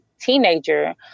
teenager